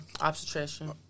Obstetrician